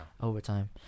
overtime